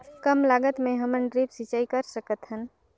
कम लागत मे हमन ड्रिप सिंचाई कर सकत हन?